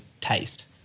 taste